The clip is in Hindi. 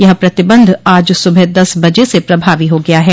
यह प्रतिबंध आज सुबह दस बजे से प्रभावी हो गया है